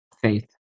Faith